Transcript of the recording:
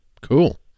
Cool